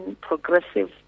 progressive